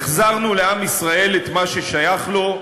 החזרנו לעם ישראל את מה ששייך לו,